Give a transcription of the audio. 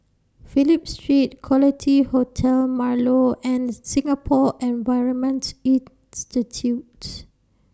Phillip Street Quality Hotel Marlow and Singapore Environment Institute